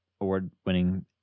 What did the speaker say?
award-winning